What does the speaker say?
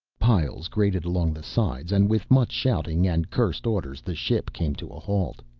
piles grated along the sides and with much shouting and cursed orders the ship came to a halt.